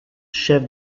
chef